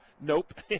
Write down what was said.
nope